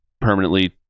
permanently